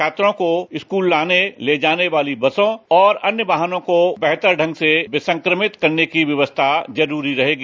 छात्रों को स्कूल लाने ले जाने वाली बसों तथा अन्य वाहनों को बेहतर ढंग से विसंक्रमित करने की व्यवस्था जरूरी रहेगी